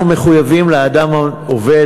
אנחנו מחויבים לאדם העובד,